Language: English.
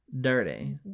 Dirty